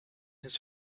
his